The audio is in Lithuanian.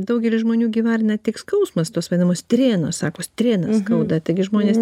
daugelis žmonių gi įvardina tik skausmas tos vadinamos strėnos sako strnas skauda taigi žmonės